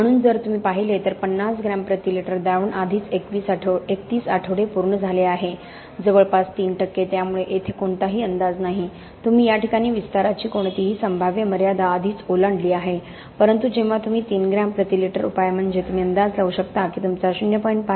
म्हणून जर तुम्ही पाहिले तर 50 ग्रॅम प्रति लिटर द्रावण आधीच 31 आठवडे पूर्ण झाले आहे जवळपास 3 टक्के त्यामुळे येथे कोणताही अंदाज नाही तुम्ही या प्रकरणात विस्ताराची कोणतीही संभाव्य मर्यादा आधीच ओलांडली आहे परंतु जेव्हा तुम्ही 3 ग्रॅम प्रति लिटर उपाय म्हणजे तुम्ही अंदाज लावू शकता की तुमचा 0